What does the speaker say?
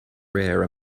rare